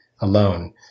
alone